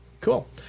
Cool